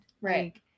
Right